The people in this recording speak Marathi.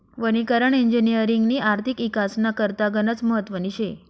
वनीकरण इजिनिअरिंगनी आर्थिक इकासना करता गनच महत्वनी शे